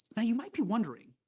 now, you might be wondering,